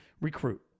recruit